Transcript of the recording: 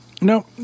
No